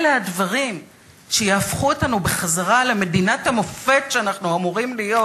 אלה הדברים שיהפכו אותנו בחזרה למדינת המופת שאנחנו אמורים להיות,